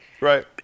Right